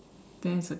there is a